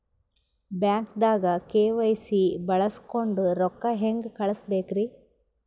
ಬ್ಯಾಂಕ್ದಾಗ ಕೆ.ವೈ.ಸಿ ಬಳಸ್ಕೊಂಡ್ ರೊಕ್ಕ ಹೆಂಗ್ ಕಳಸ್ ಬೇಕ್ರಿ?